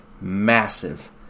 massive